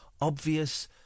Obvious